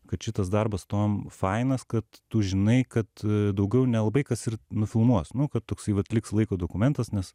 kad šitas darbas tuom fainas kad tu žinai kad daugiau nelabai kas ir nufilmuos nu kad toksai vat liks laiko dokumentas nes